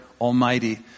almighty